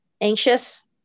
anxious